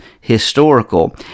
historical